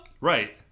Right